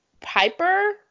Piper